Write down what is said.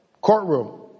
courtroom